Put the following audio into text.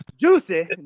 juicy